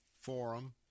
forum